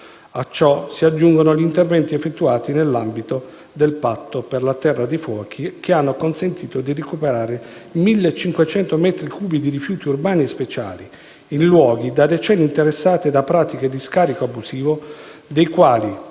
A ciò si aggiungono gli interventi effettuati nell'ambito del Patto per la Terra dei fuochi, che hanno consentito di recuperare circa 1.500 metri cubi di rifiuti - urbani e speciali - in luoghi, da decenni interessati da pratiche di scarico abusivo, dei quali